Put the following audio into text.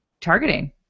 targeting